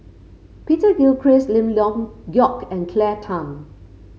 Peter Gilchrist Lim Leong Geok and Claire Tham